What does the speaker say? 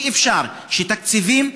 אי-אפשר שתקציבים,